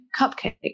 cupcake